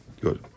good